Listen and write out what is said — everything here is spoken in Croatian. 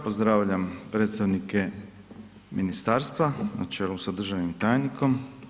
Pozdravljam predstavnike ministarstva na čelu sa državnim tajnikom.